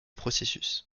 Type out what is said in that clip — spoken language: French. processus